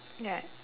ya